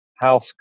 house